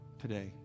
today